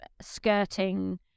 skirting